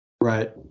Right